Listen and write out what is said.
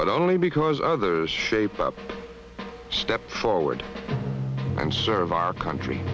but only because others shape up step forward and serve our country